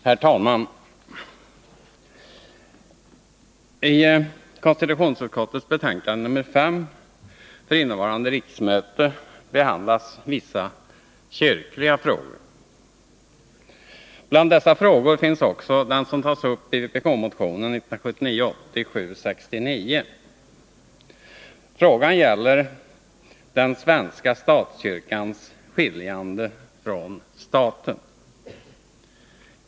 Herr talman! I konstitutionsutskottets betänkande nr 5 för innevarande riksmöte behandlas vissa kyrkliga frågor. Bland dessa frågor finns också den som tas upp i vpk-motionen 1979/80:769. Frågan gäller den svenska statskyrkans skiljande från staten.